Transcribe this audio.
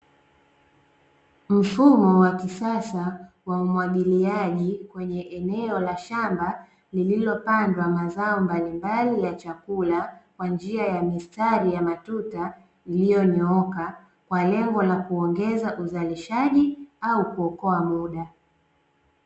Mfumo wa kisasa wa umwagiliaji kwenye eneo la shamba lililopandwa mazao mbalimbali ya chakula kwa njia ya mistari ya matuta iliyonyooka kwa lengo la kuongeza uzalishaji au kuokoa muda.